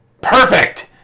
perfect